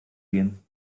gehen